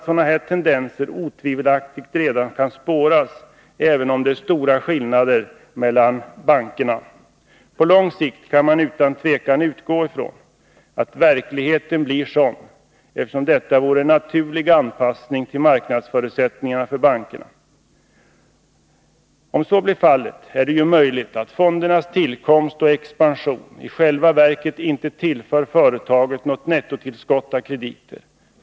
Sådana tendenser kan otvivelaktigt redan spåras, även om det är stora skillnader mellan bankerna. På lång sikt kan man utan tvivel utgå från att verkligheten blir sådan, eftersom detta vore en naturlig anpassning till marknadsförutsättningarna för bankerna. Om så blir fallet, är det ju möjligt att fondernas tillkomst och expansion i själva verket inte tillför företagen något nettotillskott av krediter.